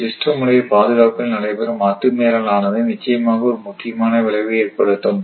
system உடைய பாதுகாப்பில் நடைபெறும் அத்துமீறல் ஆனது நிச்சயமாக ஒரு முக்கியமான விளைவை ஏற்படுத்தும்